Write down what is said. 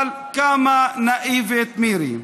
אבל, כמה נאיבית מירי,